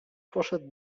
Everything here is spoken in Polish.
poszedł